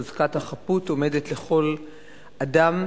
חזקת החפות עומדת לכל אדם,